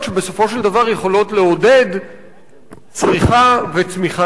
של דבר יכולות לעודד צריכה וצמיחה נוספת.